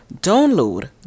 download